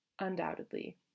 undoubtedly